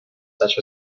such